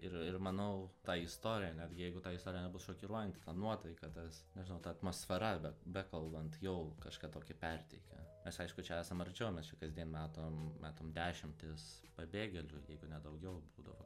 ir ir manau ta istorija netgi jeigu ta istorija nebus šokiruojanti nuotaika tas nežinau ta atmosfera be bekalbant jau kažką tokį perteikia mes aišku čia esam arčiau mes čia kasdien matom matom dešimtis pabėgėlių jeigu ne daugiau būdavo